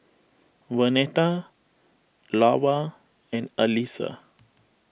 Vernetta Lavar and Allyssa